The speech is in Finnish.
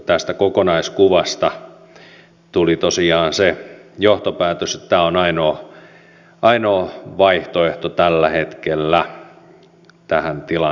tästä kokonaiskuvasta tuli tosiaan se johtopäätös että tämä on ainoa vaihtoehto tällä hetkellä tähän tilanteeseen